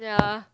ya